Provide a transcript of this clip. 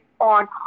on